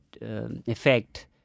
effect